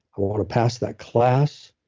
i want to pass that class,